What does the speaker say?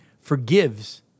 forgives